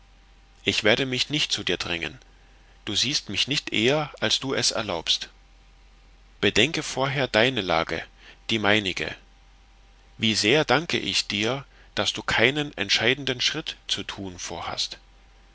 ich werde mich nicht zu dir drängen du siehst mich nicht eher als du es erlaubst bedenke vorher deine lage die meinige wie sehr danke ich dir daß du keinen entscheidenden schritt zu tun vorhast